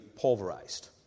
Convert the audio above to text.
pulverized